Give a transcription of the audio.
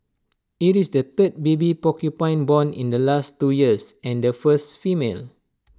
IT is the third baby porcupine born in the last two years and the first female